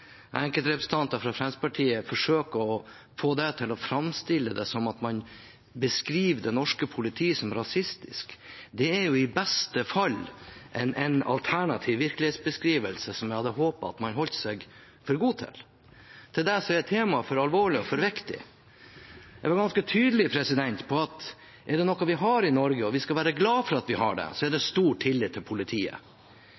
fra Fremskrittspartiet forsøker å framstille det som at man beskriver det norske politiet som rasistisk, er i beste fall en alternativ virkelighetsbeskrivelse jeg hadde håpet man holdt seg for god til. Til det er temaet for alvorlig og for viktig. Jeg var ganske tydelig på at er det noe vi har i Norge – og vi skal være glad for at vi har det – er det